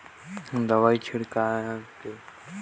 मटर के फसल मा कीड़ा ले कइसे बचाबो?